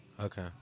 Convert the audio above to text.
Okay